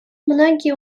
многие